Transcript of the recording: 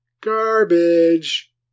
Garbage